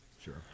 Sure